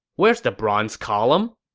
where's the bronze column?